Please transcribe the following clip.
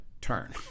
turn